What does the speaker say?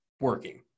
working